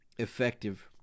effective